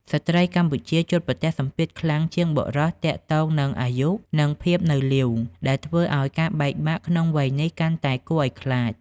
ស្ត្រីកម្ពុជាជួបប្រទះសម្ពាធខ្លាំងជាងបុរសទាក់ទងនឹង "អាយុ" និង "ភាពនៅលីវ" ដែលធ្វើឱ្យការបែកបាក់ក្នុងវ័យនេះកាន់តែគួរឱ្យខ្លាច។